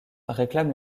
réclament